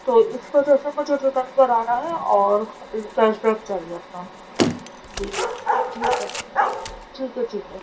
تو اس وجہ سے مجھے ریٹن کرانا ہے اور کیش بیک چاہیے اپنا جی ٹھیک ہے ٹھیک ہے ٹھیک ہے